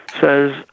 says